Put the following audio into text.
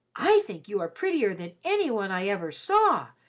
i think you are prettier than any one i ever saw,